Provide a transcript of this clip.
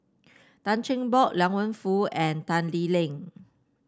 Tan Cheng Bock Liang Wenfu and Tan Lee Leng